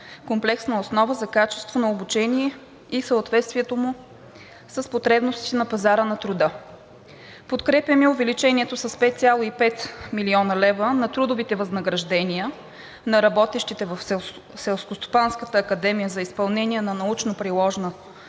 комплексна оценка за качеството на обучение и съответствието му с потребностите на пазара на труда. Подкрепяме увеличението с 5,5 млн. лв. на трудовите възнаграждения на работещите в Селскостопанската академия за изпълнение на научноприложна,